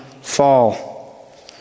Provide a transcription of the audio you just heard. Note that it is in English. fall